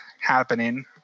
happening